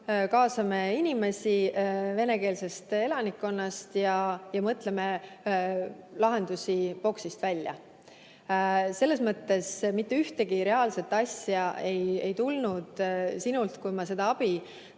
kaasame inimesi venekeelsest elanikkonnast ja mõtleme lahendusi nn boksist välja. Mitte ühtegi reaalset ettepanekut ei tulnud sinult, kui ma seda abi